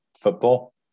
football